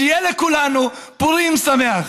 שיהיה לכולנו פורים שמח.